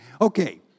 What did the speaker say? Okay